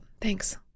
thanks